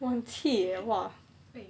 it's like your your school contract period one